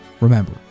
Remember